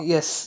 Yes